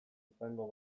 izango